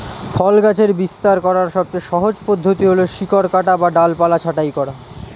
ফল গাছের বিস্তার করার সবচেয়ে সহজ পদ্ধতি হল শিকড় কাটা বা ডালপালা ছাঁটাই করা